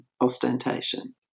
ostentation